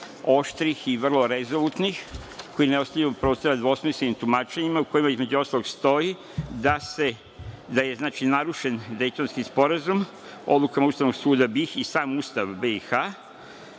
oštrih i vrlo rezolutnih, koji ne ostavljaju prostora dvosmislenim tumačenjima, u kojima između ostalog stoji da je narušen Dejtonski sporazum odlukom Ustavnog suda BiH i sam Ustav BiH